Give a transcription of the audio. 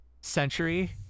century